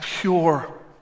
pure